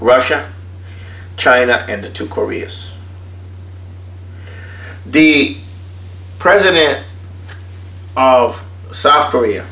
russia china and two koreas the president of south korea